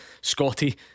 Scotty